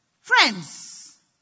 friends